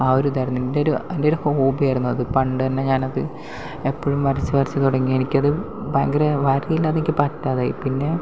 ആ ഒരു ഇതായിരുന്നു എൻ്റെ ഒരു എൻ്റെ ഒരു ഹോബി ആയിരുന്നു അത് പണ്ട് തന്നെ ഞാനത് എപ്പോഴും വരച്ച് വരച്ച് തുടങ്ങി എനിക്കത് ഭയങ്കര വര ഇല്ലാതെ എനിക്ക് പറ്റാതെയായി പിന്നെ